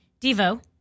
Devo